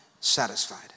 satisfied